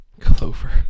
Clover